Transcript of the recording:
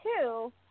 two